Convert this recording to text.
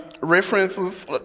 references